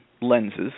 lenses